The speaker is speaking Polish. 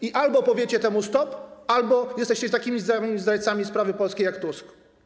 I albo powiecie temu: stop, albo jesteście takimi samymi zdrajcami sprawy polskiej jak Tusk.